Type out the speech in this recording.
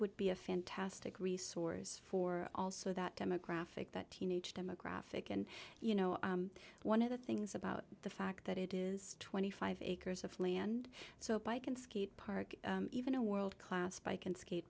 would be a fantastic resource for also that demographic that teenage demographic and you know one of the things about the fact that it is twenty five acres of land so i can skate park even a world class bike and skate